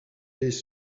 les